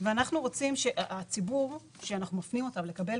ואנחנו רוצים שהציבור שאנחנו מפנים אותו לקבל